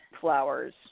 flowers